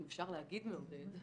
אם אפשר להגיד מעודד,